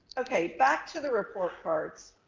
okay, back to the report cards,